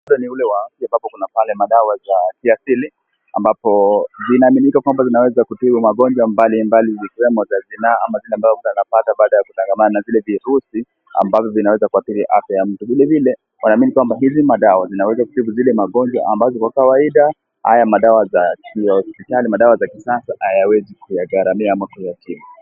Muktadha ni ule wa afya ambapo kuna pale dawa za kiasili ambapo vinaaminika kwamba vinaweza kutibu magonjwa mbalimbali ikiwemo za zinaa ama zile ambazo mtu anapata baada ya kutangamana na zile virusi ambazo zinaweza kuadhiri afya ya mtu, vilevile wanaamini kwamba hizi madawa zinaweza kutibu zile magonjwa ambazo kwa kawaida haya madawa za kisasa hayawezi kuyagharamia au kuyatibu.